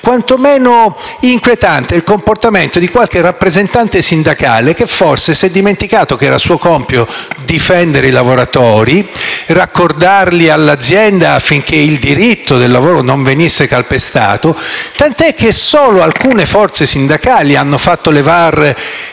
quantomeno inquietante il comportamento di qualche rappresentante sindacale, che forse si è dimenticato che era suo compito difendere i lavoratori e raccordarli all'azienda affinché il diritto al lavoro non venisse calpestato. Tant'è che solo alcune forze sindacali hanno levato e fatto